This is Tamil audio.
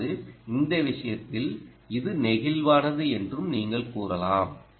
அதாவது இந்த விஷயத்தில் இது நெகிழ்வானது என்றும் நீங்கள் கூறலாம்